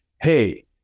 hey